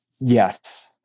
Yes